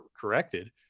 corrected